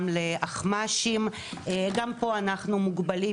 גם לאנשים חשובים מאוד אנחנו מוגבלים,